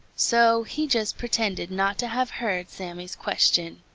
so he just pretended not to have heard sammy's question.